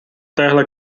téhle